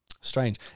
strange